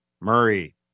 Murray